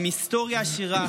עם היסטוריה עשירה,